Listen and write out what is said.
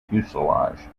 fuselage